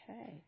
okay